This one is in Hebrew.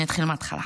אני אתחיל מההתחלה.